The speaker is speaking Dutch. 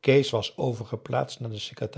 kees was overgeplaatst naar de